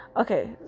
okay